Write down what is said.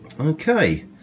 okay